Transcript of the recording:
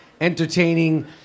entertaining